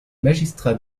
magistrats